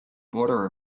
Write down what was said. border